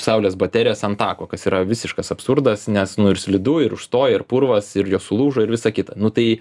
saulės baterijas ant tako kas yra visiškas absurdas nes nu ir slidu ir užstoja ir purvas ir jos sulūžo ir visa kita nu tai